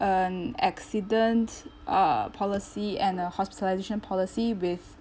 an accident uh policy and a hospitalisation policy with